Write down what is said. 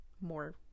more